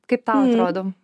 kaip tau atrodo